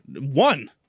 one